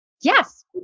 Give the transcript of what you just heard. Yes